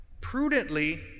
Prudently